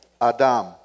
Adam